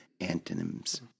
antonyms